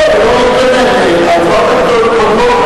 מה הוא יעשה עם ההצבעות הקודמות?